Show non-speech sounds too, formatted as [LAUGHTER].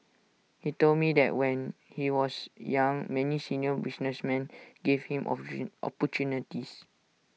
he told me that when he was young many senior businessmen gave him [UNINTELLIGIBLE] opportunities